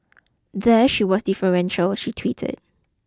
there she was deferential she tweeted